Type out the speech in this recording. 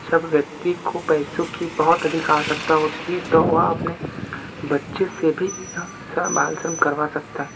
सब व्यक्ति को पैसों की बहुत अधिक आवश्यकता होती है तो वह अपने बच्चे से भी बाल श्रम करवा सकता है